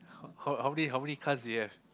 how how many how many cars do you have